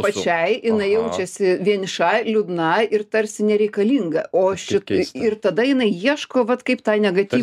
pačiai jinai jaučiasi vieniša liūdna ir tarsi nereikalinga o šit ir tada jinai ieško vat kaip tą negatyv